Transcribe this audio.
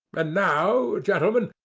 and now, gentlemen,